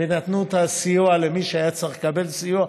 ונתנו את הסיוע למי שהיה צריך לקבל סיוע.